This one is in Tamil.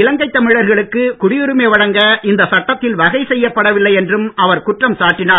இலங்கைத் தமிழர்களுக்கு குடியுரிமை வழங்க இந்த சட்டத்தில் வகை செய்யப்படவில்லை என்றும் அவர் குற்றம் சாட்டினார்